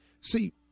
See